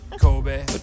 Kobe